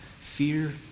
fear